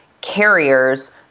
carriers